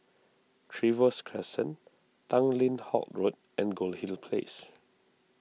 Trevose Crescent Tanglin Halt Road and Goldhill Place